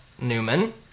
newman